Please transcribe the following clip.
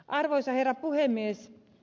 arvoisa herra puhemies